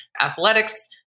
athletics